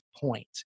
point